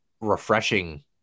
refreshing